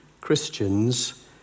Christians